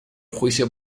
juicio